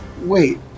Wait